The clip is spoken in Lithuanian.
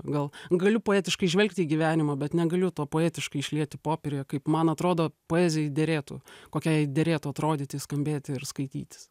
gal galiu poetiškai žvelgti į gyvenimą bet negaliu to poetiškai išlieti popieriuje kaip man atrodo poezijai derėtų kokiai derėtų atrodyti skambėti ir skaitytis